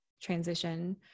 transition